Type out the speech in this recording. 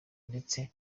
ndetse